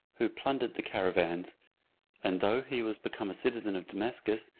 who plundered the caravans and though he was become a citizen of damascus,